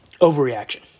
Overreaction